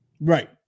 right